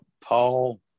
Paul